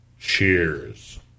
Cheers